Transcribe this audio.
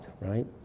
right